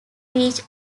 beach